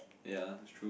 ya it's true